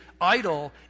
idle